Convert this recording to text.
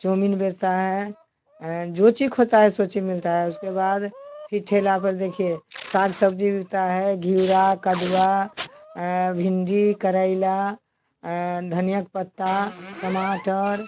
chow mein बेचता है जो चीज़ खोजता है सो चीज़ मिलता है उसके बाद फिर ठेला पर देखिए साग सब्ज़ी मिलता ही घेरा कद्दू भिंडी करेला धनियाँ का पत्ता टमाटर